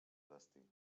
destí